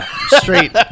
Straight